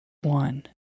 one